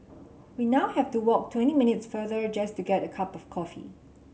we now have to walk twenty minutes farther just to get a cup of coffee